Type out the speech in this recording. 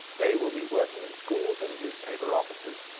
they will be working in schools and newspaper offices,